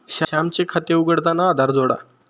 श्यामचे खाते उघडताना आधार जोडा